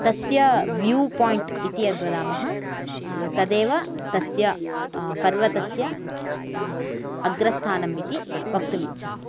तस्य view point इति यद्वदामः तदेव तस्य् पर्वतस्य अग्रस्थानम् इति वक्तुम् इच्छामि